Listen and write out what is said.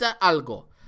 algo